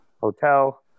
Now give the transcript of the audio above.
hotel